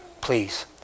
please